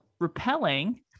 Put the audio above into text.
Repelling